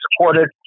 supported